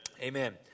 amen